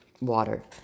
water